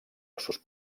ossos